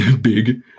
big